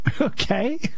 okay